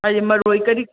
ꯍꯥꯏꯗꯤ ꯃꯔꯣꯏ ꯀꯔꯤ